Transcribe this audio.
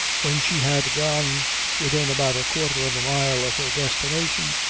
when she had gone within about a quarter of a mile of her destination,